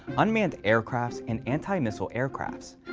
unmanned aircrafts, and anti-missile aircrafts.